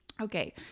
Okay